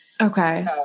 Okay